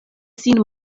sin